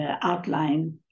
outline